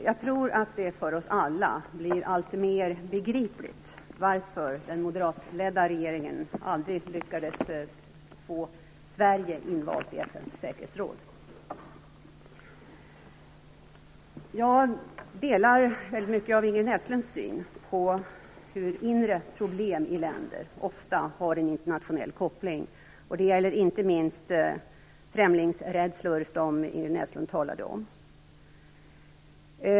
Jag tror att det för oss alla blir alltmer begripligt varför den moderatledda regeringen aldrig lyckades få Jag delar i väldigt hög grad Ingrid Näslunds syn på hur inre problem i länder ofta har en internationell koppling. Det gäller inte minst främlingsrädslor som Ingrid Näslund talade om.